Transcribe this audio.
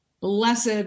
Blessed